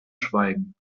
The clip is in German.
schweigen